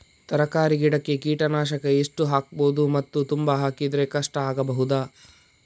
ತರಕಾರಿ ಗಿಡಕ್ಕೆ ಕೀಟನಾಶಕ ಎಷ್ಟು ಹಾಕ್ಬೋದು ಮತ್ತು ತುಂಬಾ ಹಾಕಿದ್ರೆ ಕಷ್ಟ ಆಗಬಹುದ?